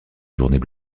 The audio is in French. journées